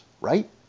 right